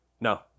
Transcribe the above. No